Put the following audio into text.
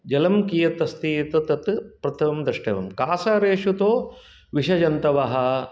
जलं कियद् अस्ति इति तत् प्रथमं द्रष्टव्यं कासारेषु तु विषजन्तवः